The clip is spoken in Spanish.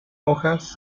hojas